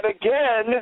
again